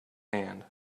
hand